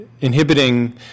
inhibiting